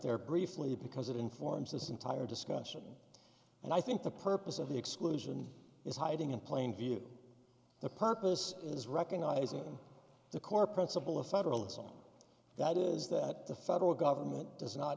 there briefly because it informs this entire discussion and i think the purpose of the exclusion is hiding in plain view the purpose is recognizing the core principle of federalism that is that the federal government does not